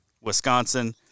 Wisconsin